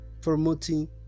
promoting